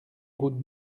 route